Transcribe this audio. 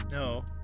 No